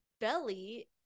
Belly